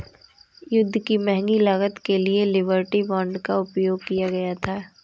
युद्ध की महंगी लागत के लिए लिबर्टी बांड का उपयोग किया गया था